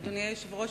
אדוני היושב-ראש,